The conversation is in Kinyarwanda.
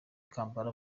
kampala